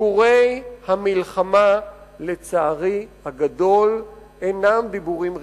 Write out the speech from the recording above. דיבורי המלחמה, לצערי הגדול, אינם דיבורים ריקים.